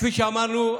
כפי שאמרנו,